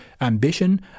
ambition